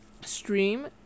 stream